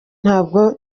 ntabwo